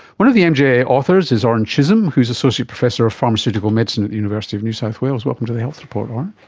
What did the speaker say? one of the mja authors is orin chisholm who is associate professor of pharmaceutical medicine at the university of new south wales. welcome to the health report orin.